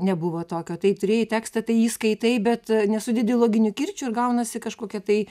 nebuvo tokio tai turėjai tekstą tai jį skaitai bet nesudedi loginių kirčių ir gaunasi kažkokia tai